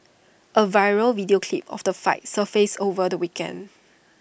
A viral video clip of the fight surfaced over the weekend